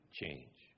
change